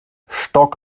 stock